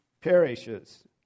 perishes